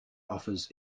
offers